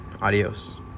Adios